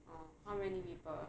orh how many people